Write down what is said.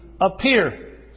appear